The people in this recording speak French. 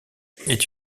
est